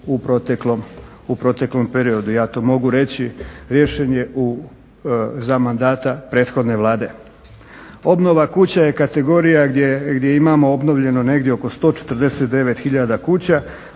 u proteklom periodu. Ja to mogu reći, riješen je za mandata prethodne vlade. Obnova kuća je kategorija gdje imamo obnovljeno negdje oko 149 hiljada